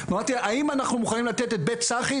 ואמרתי האם אנחנו מוכנים לתת את בית צחי,